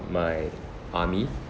my army